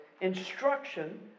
instruction